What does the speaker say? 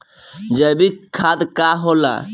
जैवीक खाद का होला?